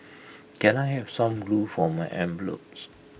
can I have some glue for my envelopes